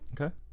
okay